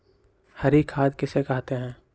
हरी खाद किसे कहते हैं?